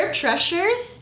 treasures